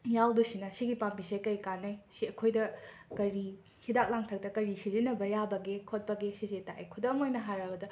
ꯌꯥꯎꯗꯣꯏꯁꯤꯅ ꯁꯤꯒꯤ ꯄꯥꯝꯕꯤꯁꯦ ꯀꯩ ꯀꯥꯟꯅꯩ ꯁꯤ ꯑꯩꯈꯣꯏꯗ ꯀꯔꯤ ꯍꯤꯗꯥꯛ ꯂꯥꯡꯊꯛꯇ ꯀꯔꯤ ꯁꯤꯖꯤꯟꯅꯕ ꯌꯥꯕꯒꯦ ꯈꯣꯠꯄꯒꯦ ꯁꯤꯁꯦ ꯇꯥꯛꯑꯦ ꯈꯨꯗꯝ ꯑꯣꯏꯅ ꯍꯥꯏꯔꯕꯗ